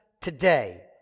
today